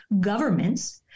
Governments